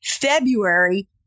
February